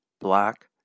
Black